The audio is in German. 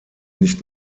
nicht